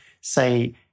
say